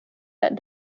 that